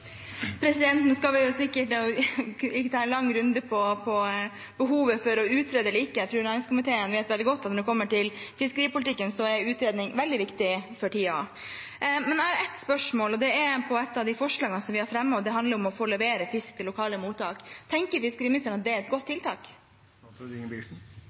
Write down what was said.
skal vi ikke ta en lang runde på behovet for å utrede eller ikke. Jeg tror næringskomiteen vet veldig godt at når det kommer til fiskeripolitikken, er utredning veldig viktig for tiden. Jeg har ett spørsmål. Det er til et av forslagene som vi har fremmet, og det handler om å få levere fisk til lokale mottak. Tenker fiskeriministeren at det er et godt